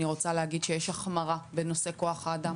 רוצה להגיד שיש החמרה בנושא כוח אדם,